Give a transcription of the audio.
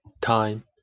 Time